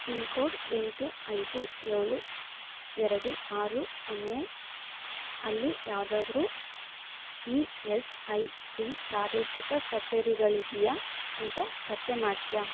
pin code ಎಂಟು ಐದು ಏಳು ಎರಡು ಆರು ಸೊನ್ನೆ ಅಲ್ಲಿ ಯಾವುದಾದ್ರು ಇ ಎಸ್ ಐ ಸಿ ಪ್ರಾದೇಶಿಕ ಕಚೇರಿಗಳಿದೆಯಾ ಅಂತ ಪತ್ತೆ ಮಾಡ್ತೀಯಾ